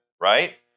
right